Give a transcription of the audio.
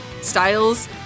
styles